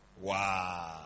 Wow